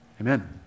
amen